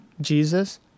Jesus